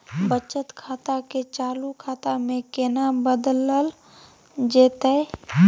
बचत खाता के चालू खाता में केना बदलल जेतै?